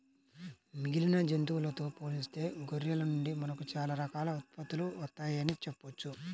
మిగిలిన జంతువులతో పోలిస్తే గొర్రెల నుండి మనకు చాలా రకాల ఉత్పత్తులు వత్తయ్యని చెప్పొచ్చు